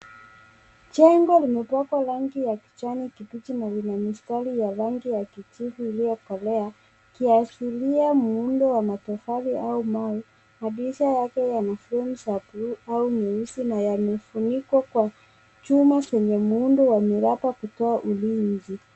Jengo limepakwa rangi ya kijani kibichi na lina mistari ya rangi ya kijivu iliyokolea ikiashiria muundo wa matofali au mawe. Madirisha yake yana frame za blue au nyeusi na yamefunikwa kwa chuma zenye muundo wa miraba kutoa ulinzi.